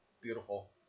beautiful